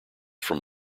from